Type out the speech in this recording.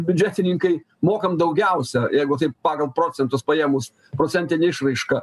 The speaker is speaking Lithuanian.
biudžetininkai mokam daugiausia jeigu taip pagal procentus paėmus procentine išraiška